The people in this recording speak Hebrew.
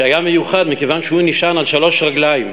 היה מיוחד מכיוון שהוא נשען על שלוש רגליים.